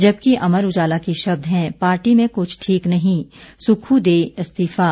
जबकि अमर उजाला के शब्द हैं पार्टी में कुछ ठीक नहीं सुक्खू दें इस्तीफा